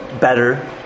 better